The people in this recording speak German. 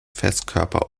festkörper